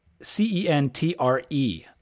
C-E-N-T-R-E